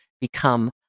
become